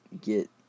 get